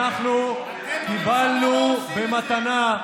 אתם, הממשלה,